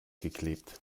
geklebt